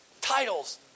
titles